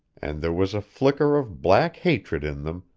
and there was a flicker of black hatred in them,